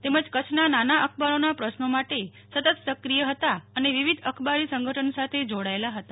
તેમજ કચ્છનાં નાના અખબારો નાં પ્રશ્નો માટે સતત સક્રિય હતાં અને વિવિધ અખબારી સંગઠન સાથે જોડાયેલા હતાં